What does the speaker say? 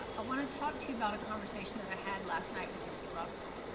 i wanna talk to you about a conversation that i had last night with mr. russell.